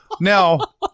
Now